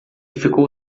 ficou